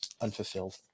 unfulfilled